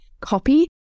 copy